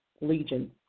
legion